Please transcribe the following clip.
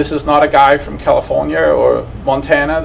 this is not a guy from california or montana